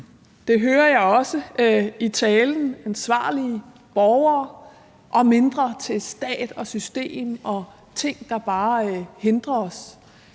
det hører jeg også i talen – ansvarlige borgere og mindre plads til stat og system og ting, der bare er hindringer.